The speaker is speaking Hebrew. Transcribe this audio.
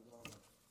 תודה רבה.